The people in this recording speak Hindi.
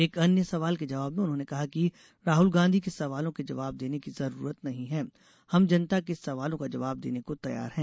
एक अन्य सवाल के जबाव में उन्होंने कहा कि राहुल गांधी के सवालों के जबाव देने की जरूरत नही है हम जनता के सवालों का जबाव देने को तैयार है